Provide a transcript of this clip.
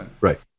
right